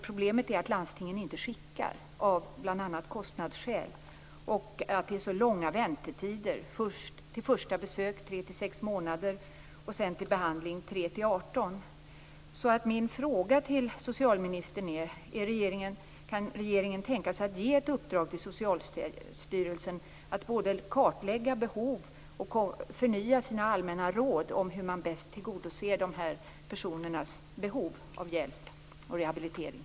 Det sägs att man där i stort sett inte har behövt säga nej till några patienter. Men problemet är att landstingen inte skickar patienter dit, bl.a. av kostnadsskäl. Väntetiderna är också långa. Till det första besöket är väntetiden tre-sex månader. Till behandling är väntetiden tre-arton månader.